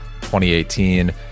2018